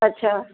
अच्छा